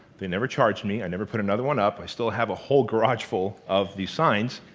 they never charged me, i never put another one up. i still have a whole garage full of the signs.